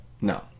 No